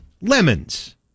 lemons